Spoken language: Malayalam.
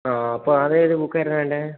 ആ അപ്പം അതേത് ബുക്കായിരുന്നു വേണ്ടത്